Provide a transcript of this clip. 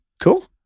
Cool